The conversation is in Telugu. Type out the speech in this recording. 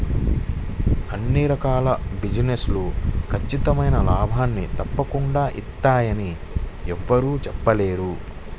అన్ని రకాల బిజినెస్ లు ఖచ్చితమైన లాభాల్ని తప్పకుండా ఇత్తయ్యని యెవ్వరూ చెప్పలేరు